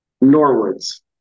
Norwoods